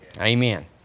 Amen